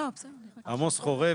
עמוס חורב,